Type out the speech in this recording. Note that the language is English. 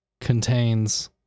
contains